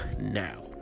now